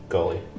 Gully